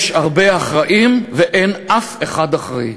יש הרבה אחראים, ואין אף אחד אחראי.